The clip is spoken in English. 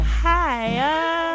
higher